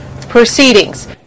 proceedings